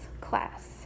class